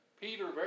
Peter